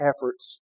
efforts